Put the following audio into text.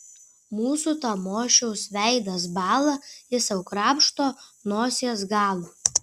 mūsų tamošiaus veidas bąla jis sau krapšto nosies galą